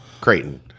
Creighton